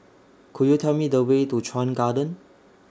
Could YOU Tell Me The Way to Chuan Garden